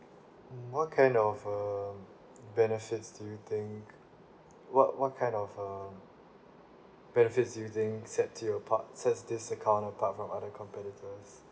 mm what kind of a benefits do you think what what kind of a benefit do you think set to apart sets this account apart from other competitors